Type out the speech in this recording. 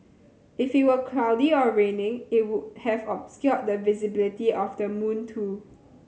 if it were cloudy or raining it would have obscured the visibility of the moon too